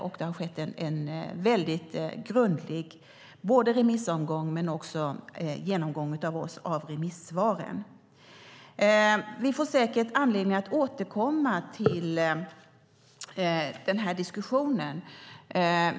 Det har skett en väldigt grundlig remissomgång, och vi har gjort en grundlig genomgång av remissvaren. Vi får säkert anledning att återkomma till den här diskussionen.